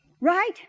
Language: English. right